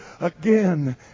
again